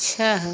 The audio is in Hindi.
छः